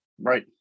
Right